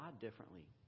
differently